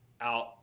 out